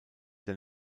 der